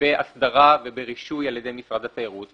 בהסדרה וברישוי על ידי משרד התיירות,